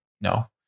No